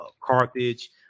carthage